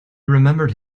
remembered